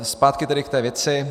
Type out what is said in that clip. Zpátky tedy k té věci.